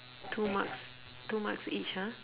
two marks two marks each !huh!